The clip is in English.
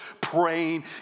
praying